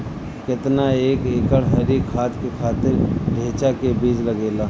केतना एक एकड़ हरी खाद के खातिर ढैचा के बीज लागेला?